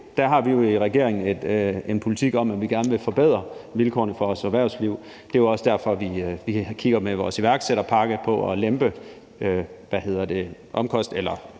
set har vi jo i regeringen en politik om, at vi gerne vil forbedre vilkårene for vores erhvervsliv. Det er også derfor, vi med vores iværksætterpakke kigger på at forbedre